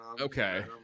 okay